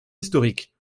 historique